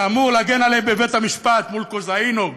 שאמור להגן עליהם בבית-המשפט מול כוזהינוף,